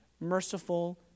merciful